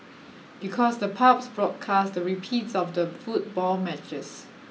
because the pubs broadcast the repeats of the football matches